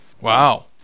Wow